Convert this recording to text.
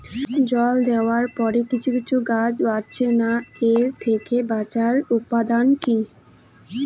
জল দেওয়ার পরে কিছু কিছু গাছ বাড়ছে না এর থেকে বাঁচার উপাদান কী?